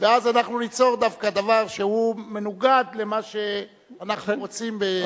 ואז ניצור דווקא דבר שהוא מנוגד למה שאנחנו רוצים.